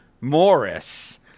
Morris